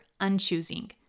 unchoosing